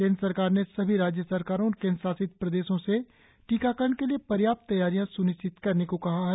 केंद्र सरकार ने सभी राज्य सरकारों और केंद्र शासित प्रदेशों से टीकाकरण के लिए पर्याप्त तैयारियां सुनिश्चित करने को कहा है